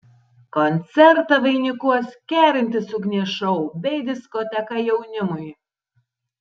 koncertą vainikuos kerintis ugnies šou bei diskoteka jaunimui